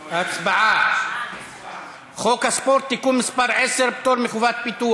הצעת חוק הספורט (תיקון מס' 10) (פטור מחובת ביטוח),